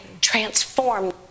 transform